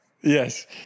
Yes